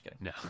No